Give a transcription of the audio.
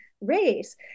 race